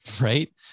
right